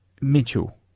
Mitchell